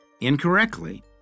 incorrectly